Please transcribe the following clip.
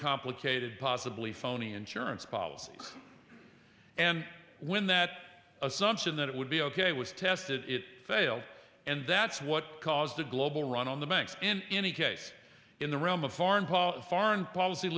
complicated possibly phony insurance policies and when that assumption that it would be ok it was tested it failed and that's what caused a global run on the banks in any case in the realm of foreign pol foreign policy